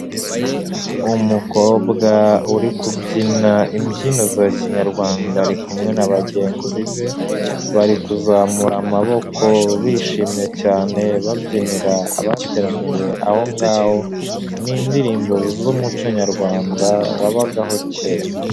Umukobwa uri kubyina imbyino za kinyarwanda ari kumwe na bagenzi be, bari kuzamura amaboko bishimye cyane babyinira abateraniye aho ngaho, ni indirimbo z'umuco nyarwanda wabagaho kera.